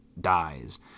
dies